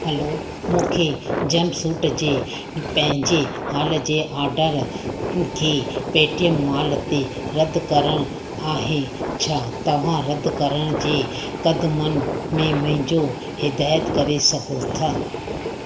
hello मूंखे jumpsuit जे पंहिंजे हाल जे आर्डर खे पेटीएम मॉल ते रद्द करिणो आहे छा तव्हां रद्द करण जे कदमनि में मुंहिंजो हिदाइतु करे सघो था